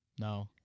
No